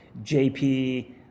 jp